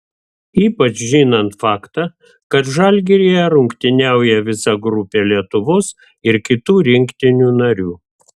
ypač žinant faktą kad žalgiryje rungtyniauja visa grupė lietuvos ir kitų rinktinių narių